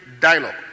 dialogue